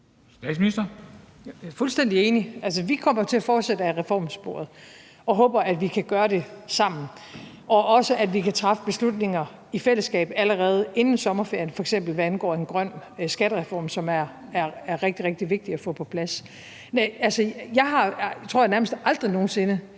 Frederiksen): Jeg er fuldstændig enig. Altså, vi kommer til at fortsætte ad reformsporet og håber, at vi kan gøre det sammen, og også at vi kan træffe beslutninger i fællesskab allerede inden sommerferien, f.eks. hvad angår en grøn skattereform, som er rigtig, rigtig vigtig at få på plads. Altså, jeg har – tror jeg – nærmest aldrig nogen sinde